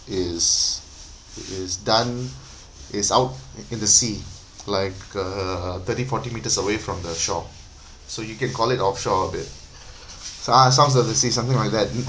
is it is done is out in the sea like uh thirty forty metres away from the shore so you can call it offshore a bit uh sounds of the see something like that